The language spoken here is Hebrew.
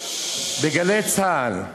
ב"גלי צה"ל"